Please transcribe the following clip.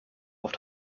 auf